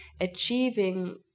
achieving